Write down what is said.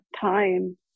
time